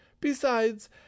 Besides